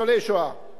אין דבר כזה.